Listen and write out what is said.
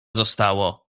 zostało